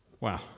Wow